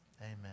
amen